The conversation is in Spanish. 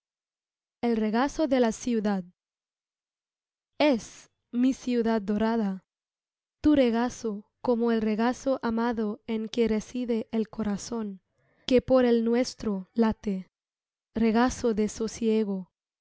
el regazo de la ciudad es mi ciudad dorada tu regazo como el regazo amado en que reside el corazón que por el nuestro late regazo de sosiego